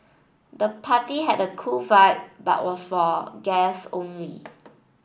the party had a cool vibe but was for guests only